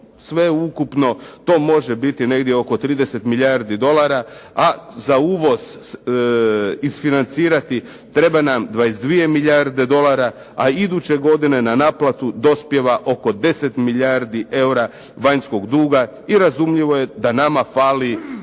sveukupno to može biti negdje oko 30 milijardi dolara, a za uvoz isfinancirati treba nam 22 milijarde dolara, a iduće godine na naplatu dospijeva oko 10 milijardi eura vanjskog duga i razumljivo je da nama fale